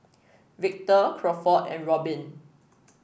Victor Crawford and Robin